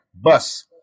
bus